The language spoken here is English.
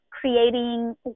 creating